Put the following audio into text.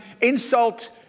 insult